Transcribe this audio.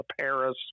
Paris